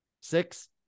six